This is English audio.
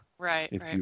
Right